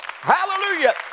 Hallelujah